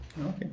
Okay